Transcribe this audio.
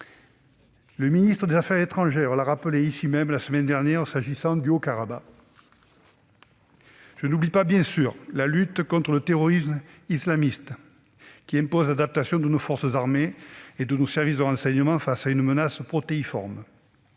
Le ministre des affaires étrangères l'a rappelé ici même, la semaine dernière, à propos du Haut-Karabagh. Je n'oublie pas, bien sûr, la lutte contre le terrorisme islamiste, qui impose l'adaptation de nos forces armées et de nos services de renseignement face à une menace protéiforme.